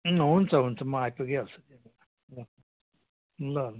हुन्छ हुन्छ म आइपुगी हाल्छु नि ल ल ल